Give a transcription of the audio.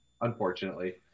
unfortunately